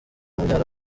mubyara